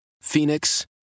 Phoenix